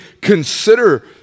consider